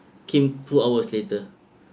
came two hours later